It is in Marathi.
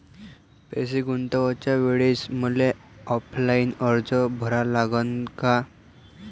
पैसे गुंतवाच्या वेळेसं मले ऑफलाईन अर्ज भरा लागन का?